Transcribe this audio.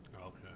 Okay